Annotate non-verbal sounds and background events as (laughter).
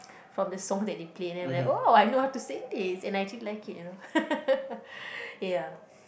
from the song that they play then I'm like oh I know how to sing this and I actually like it you know (laughs) ya